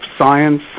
science